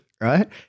right